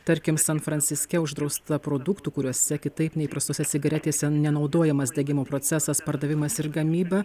tarkim san franciske uždrausta produktų kuriuose kitaip nei įprastose cigaretėse nenaudojamas degimo procesas pardavimas ir gamyba